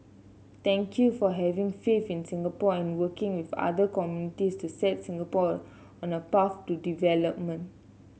thank you for having faith in Singapore and working with other communities to set Singapore on a path to development